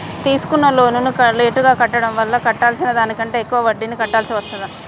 తీసుకున్న లోనును లేటుగా కట్టడం వల్ల కట్టాల్సిన దానికంటే ఎక్కువ వడ్డీని కట్టాల్సి వస్తదా?